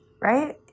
right